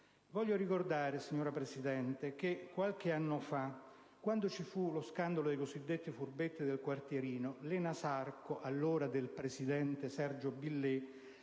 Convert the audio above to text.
tempo. Ricordo, signora Presidente, che qualche anno fa, quando ci fu lo scandalo dei cosiddetti "furbetti del quartierino", l'ENASARCO, allora del presidente Sergio Billè,